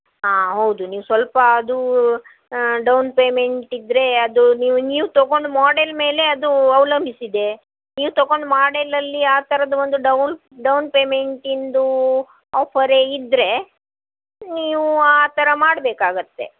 ಹಾಂ ಹೌದು ನೀವು ಸ್ವಲ್ಪ ಅದು ಡೌನ್ ಪೇಮೆಂಟ್ ಇದ್ದರೆ ಅದು ನೀವು ನೀವು ತಗೊಂಡು ಮೋಡೆಲ್ ಮೇಲೆ ಅದು ಅವಲಂಬಿಸಿದೆ ನೀವು ತಗೊಂಡು ಮಾಡೆಲಲ್ಲಿ ಆ ಥರದ್ದು ಒಂದು ಡೌನ್ ಡೌನ್ ಪೇಮೆಂಟಿಂದು ಆಫರೆ ಇದ್ದರೆ ನೀವು ಆ ಥರ ಮಾಡಬೇಕಾಗತ್ತೆ